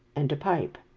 and a pipe.